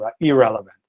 irrelevant